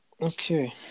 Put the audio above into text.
Okay